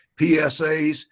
PSAs